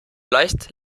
leicht